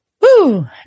Woo